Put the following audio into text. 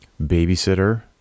babysitter